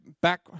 back